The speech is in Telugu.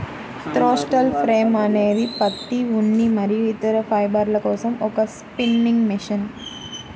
థ్రోస్టల్ ఫ్రేమ్ అనేది పత్తి, ఉన్ని మరియు ఇతర ఫైబర్ల కోసం ఒక స్పిన్నింగ్ మెషిన్